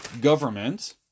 government